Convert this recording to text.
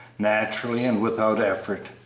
naturally and without effort.